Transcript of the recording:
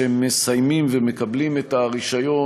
כשהם מסיימים ומקבלים את הרישיון,